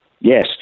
Yes